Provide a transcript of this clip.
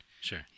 Sure